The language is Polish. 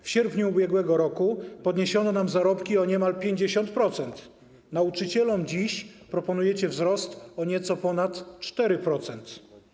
W sierpniu ubiegłego roku podniesiono nam zarobki o niemal 50%, nauczycielom dziś proponujecie wzrost o nieco ponad 4%.